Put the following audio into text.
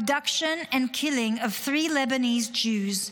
abduction and killing of three Lebanese Jews,